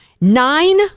Nine